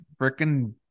freaking